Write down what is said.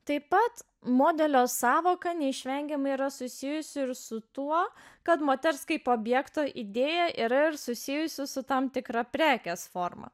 taip pat modelio sąvoka neišvengiamai yra susijusi ir su tuo kad moters kaip objekto idėja yra ir susijusiu su tam tikra prekės forma